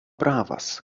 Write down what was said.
pravas